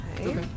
Okay